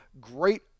great